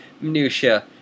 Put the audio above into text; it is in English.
minutiae